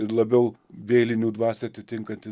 ir labiau vėlinių dvasią atitinkantis